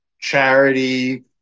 charity